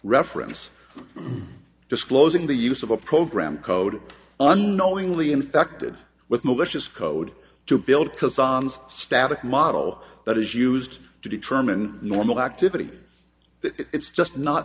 reference disclosing the use of a program code on knowingly infected with malicious code to build to some static model that is used to determine normal activity it's just not